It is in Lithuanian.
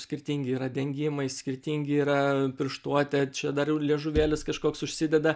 skirtingi yra dengimai skirtingi yra pirštuotė čia dar jau liežuvėlis kažkoks užsideda